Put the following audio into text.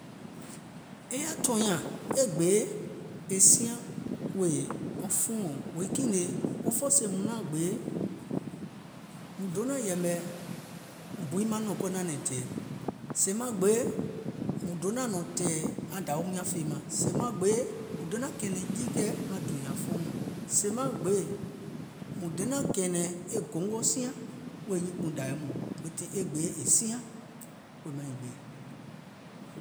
È yaȧ tɔ̀ɔ̀nyaȧŋ e gbèe è siaŋ wèè wɔŋ fuɔɔ̀ŋ wèè kiìŋ nèè, òfoo sèè mùŋ naŋ gbeè, mùŋ donȧŋ yɛ̀mɛ muȧŋ bi maŋ nɔ̀ŋ nanɛ̀ŋ tɛ̀ɛ̀, sèè maŋ gbeè, mùŋ donȧŋ nɔ̀ŋ tɛ̀ɛ̀ aŋ dȧwium nyȧŋ fèemȧŋ, sèè maŋ gbeè, mùŋ donȧŋ kɛ̀ɛ̀nɛ̀ŋ jiikɛ̀ɛ maŋ dùùnyȧŋ fuɔŋ mɔɔ̀ŋ, sèè maŋ gbeè mùŋ donȧŋ kɛ̀ɛ̀nɛ̀ŋ e gòngo siaŋ wèè nyuùnkpùuŋ dȧwi mɔɔ̀ŋ, e gbèe è siaŋ wèè maiŋ gbeè.